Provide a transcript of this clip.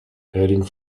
heading